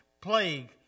plague